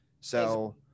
So-